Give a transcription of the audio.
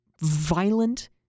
violent